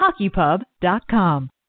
HockeyPub.com